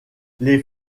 les